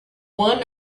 one